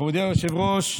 מכובדי היושב-ראש,